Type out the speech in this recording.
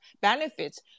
benefits